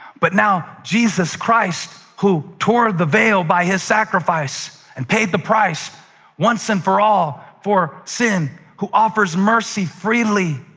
but now jesus christ, who tore the veil by his sacrifice and paid the price once and for all for sin, who offers mercy freely,